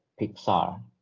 Pixar